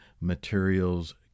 materials